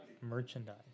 merchandise